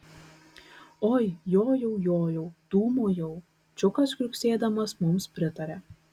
oi jojau jojau dūmojau čiukas kriuksėdamas mums pritaria